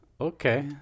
Okay